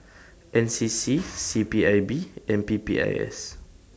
N C C C P I B and P P I S